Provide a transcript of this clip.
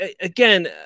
again